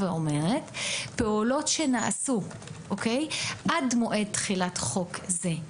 ואומרת: פעולות שנעשו עד מועד תחילת חוק זה,